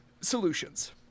Solutions